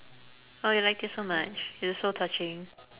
oh you like it so much is it so touching